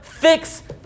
fix